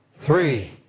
three